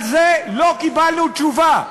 על זה לא קיבלנו תשובה.